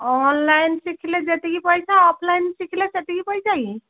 online ଶିଖିଲେ ଯେତିକି ପଇସା ଅଫ୍ଲାଇନ୍ ଶିଖିଲେ ସେତିକି ପଇସା କି